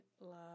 love